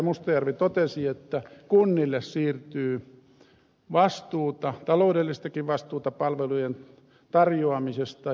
mustajärvi totesi niin että kunnille siirtyy vastuuta taloudellistakin vastuuta palvelujen tarjoamisesta